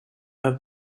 has